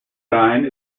line